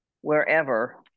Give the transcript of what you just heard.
wherever